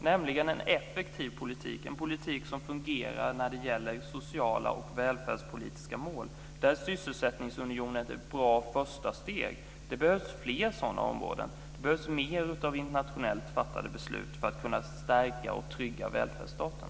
Det handlar om en effektiv politik och en politik som fungerar när det gäller sociala och välfärdspolitiska mål. Där är sysselsättningsunionen ett bra första steg. Det behövs fler sådana områden. Det behövs mer av internationellt fattade beslut för att kunna stärka och trygga välfärdsstaten.